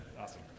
Awesome